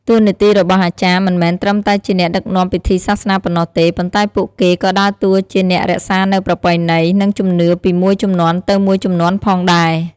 តួនាទីរបស់អាចារ្យមិនមែនត្រឹមតែជាអ្នកដឹកនាំពិធីសាសនាប៉ុណ្ណោះទេ ប៉ុន្តែពួកគេក៏ដើរតួជាអ្នករក្សានូវប្រពៃណី និងជំនឿពីមួយជំនាន់ទៅមួយជំនាន់ផងដែរ។